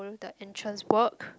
the entrance work